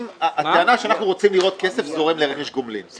אם הטענה שאנחנו רוצים לראות כסף זורם לרכש גומלין,